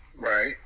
Right